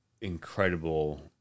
incredible